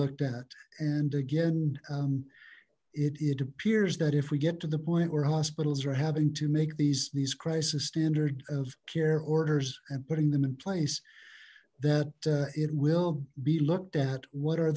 looked at and again it appears that if we get to the point where hospitals are having to make these these crisis standard of care orders and putting them in place that it will be looked at what are